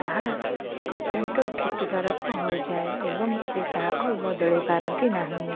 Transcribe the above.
ତାହା ଅତ୍ୟନ୍ତ କ୍ଷତିକାରକ ହୋଇଯାଏ ଏବଂ ସେ ତାହାକୁ ବଦଳାଇ ପାରନ୍ତି ନାହିଁ